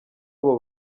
abo